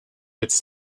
its